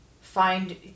find